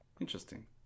interesting